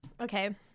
okay